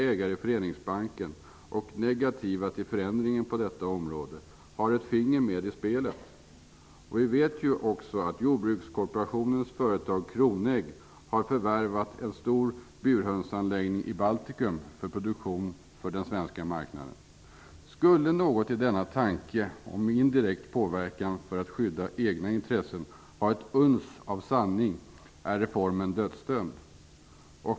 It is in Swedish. Föreningsbanken och negativt till förändringen på detta område, har ett finger med i spelet! Vi vet också att Jordbrukskooperationens företag Om något i denna tanke om indirekt påverkan för att skydda egna intressen har ett uns av sanning i sig är reformen dödsdömd.